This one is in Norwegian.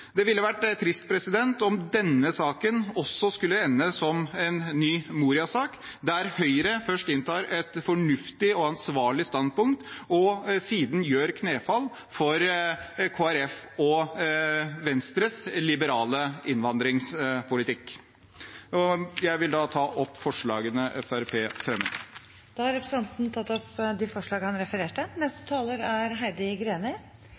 Det ville være trist om denne saken også skulle ende som en ny Moria-sak, der Høyre først inntar et fornuftig og ansvarlig standpunkt og siden gjør knefall for Kristelig Folkeparti og Venstres liberale innvandringspolitikk. Jeg vil ta opp forslagene Fremskrittspartiet fremmer. Representanten Jon Engen-Helgheim har tatt opp de forslagene han refererte